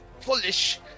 Foolish